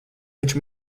viņš